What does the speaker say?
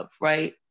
right